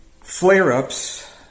Flare-ups